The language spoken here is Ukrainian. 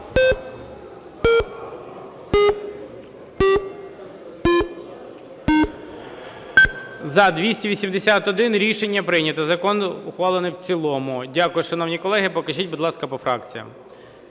За-281 Рішення прийнято. Закон ухвалений в цілому. Дякую, шановні колеги. Покажіть, будь ласка, по фракціях.